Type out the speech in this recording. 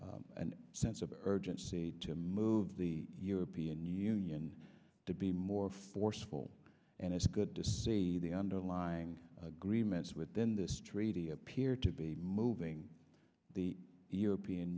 and sense of urgency to move the european union to be more forceful and it's good to see the underlying agreements with then this treaty appear to be moving the european